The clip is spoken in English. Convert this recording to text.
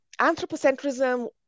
anthropocentrism